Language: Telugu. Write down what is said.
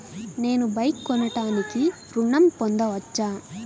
నేను బైక్ కొనటానికి ఋణం పొందవచ్చా?